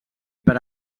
per